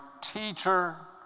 teacher